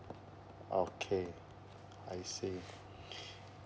okay I see